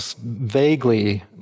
vaguely